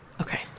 okay